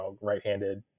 right-handed